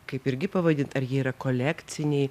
kaip irgi pavadint ar jie yra kolekciniai